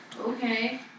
okay